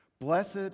Blessed